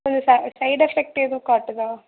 side effect எதுவும் காட்டுதா